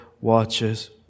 watches